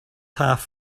half